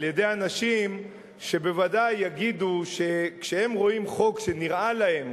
על-ידי אנשים שבוודאי יגידו שכשהם רואים חוק שנראה להם